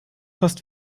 fast